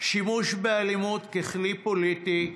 שימוש באלימות ככלי פוליטי,